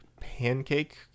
pancake